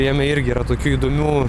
jame irgi yra tokių įdomių